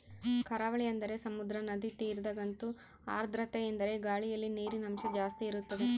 ಕರಾವಳಿ ಅಂದರೆ ಸಮುದ್ರ, ನದಿ ತೀರದಗಂತೂ ಆರ್ದ್ರತೆಯೆಂದರೆ ಗಾಳಿಯಲ್ಲಿ ನೀರಿನಂಶ ಜಾಸ್ತಿ ಇರುತ್ತದೆ